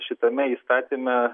šitame įstatyme